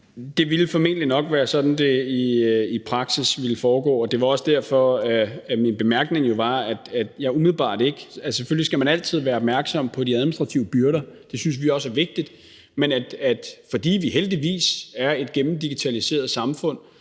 Det ville formentlig nok være sådan, det i praksis ville foregå. Og det var også derfor, at min bemærkning var, at selvfølgelig skal man altid være opmærksom på de administrative byrder, og det synes vi også er vigtigt, men at fordi vi heldigvis er et gennemdigitaliseret samfund,